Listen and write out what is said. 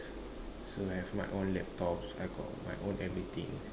so I have my own laptop I got my own everything